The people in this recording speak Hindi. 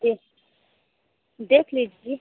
जी देख लीजिए